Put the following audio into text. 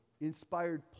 inspired